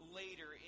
later